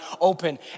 open